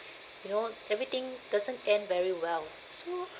you know everything doesn't end very well so